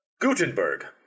Gutenberg